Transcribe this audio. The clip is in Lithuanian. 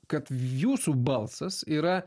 kad jūsų balsas yra